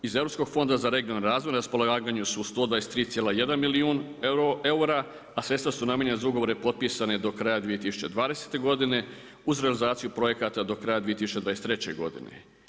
Iz europskog fonda za regionalni razvoj na raspolaganju su 123,1 milijun eura a sredstva su namijenjena za ugovore potpisane do kraja 2020. uz realizaciju projekata do kraja 2023. godine.